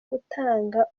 gutanga